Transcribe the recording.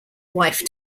wife